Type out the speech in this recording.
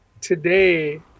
today